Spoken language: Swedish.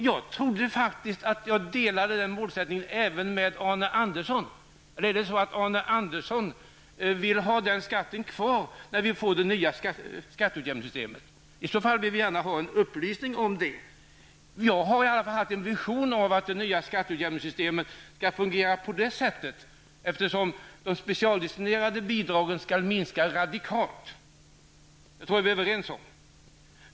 Jag trodde faktiskt att även Arne Andersson hade det målet, eller är det så att Arne Andersson vill ha den skatten kvar inom det nya skatteutjämningssystemet? I så fall vill vi gärna få upplysning om den saken. Vi har i alla fall haft en vision av att det nya skattesystemet skall fungera som vi tänkt, eftersom de specialdestinerade bidragen skall minska radikalt. Jag tror att vi är överens om detta.